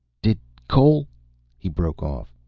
did cole he broke off.